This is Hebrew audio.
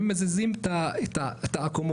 למישהו יש התייחסות לדברים של עלאא עד כאן?